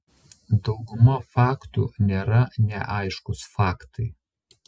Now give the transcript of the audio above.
dauguma faktų nėra neaiškūs faktai